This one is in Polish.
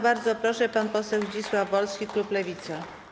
Bardzo proszę, pan poseł Zdzisław Wolski, klub Lewica.